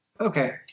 Okay